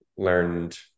learned